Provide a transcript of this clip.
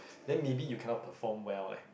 then maybe you cannot perform well leh